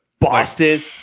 Boston